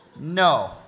No